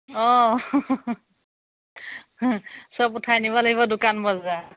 অ চব উঠাই নিব লাগিব দোকান বজাৰ